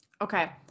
Okay